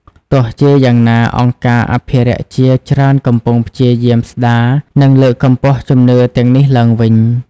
ទោះជាយ៉ាងណា អង្គការអភិរក្សជាច្រើនកំពុងព្យាយាមស្តារ និងលើកកម្ពស់ជំនឿទាំងនេះឡើងវិញ។